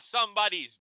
somebody's